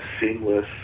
seamless